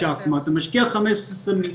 אנחנו צריכים לקחת בחשבון משרד